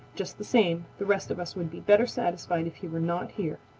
just the same, the rest of us would be better satisfied if he were not here.